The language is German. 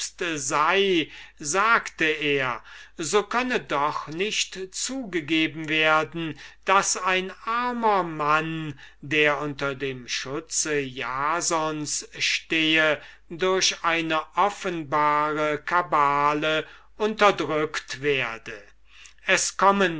sei sagte er so könne doch nicht zugegeben werden daß ein armer mann der unter dem schutze jasons stehe durch eine offenbare kabale unterdrückt werde es komme